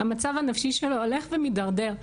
המצב הנפשי שלו הולך ומדרדר,